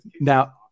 Now